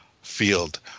field